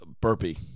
burpee